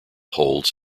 holds